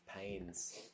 pains